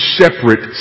separate